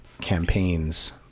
campaigns